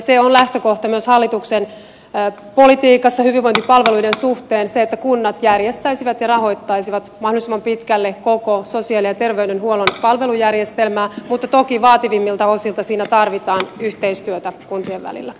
se on lähtökohta myös hallituksen politiikassa hyvinvointipalveluiden suhteen se että kunnat järjestäisivät ja rahoittaisivat mahdollisimman pitkälle koko sosiaali ja terveydenhuollon palvelujärjestelmää mutta toki vaativimmilta osilta siinä tarvitaan yhteistyötä kuntien välillä